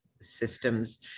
systems